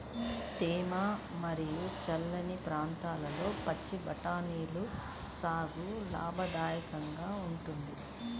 తేమ మరియు చల్లని ప్రాంతాల్లో పచ్చి బఠానీల సాగు లాభదాయకంగా ఉంటుంది